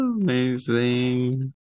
amazing